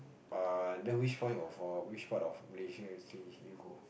err then which point of err which part of Malaysia actually you go